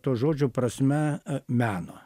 to žodžio prasme meno